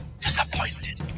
disappointed